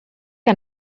que